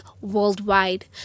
worldwide